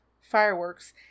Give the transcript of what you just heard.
fireworks